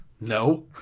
No